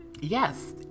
Yes